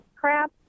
crap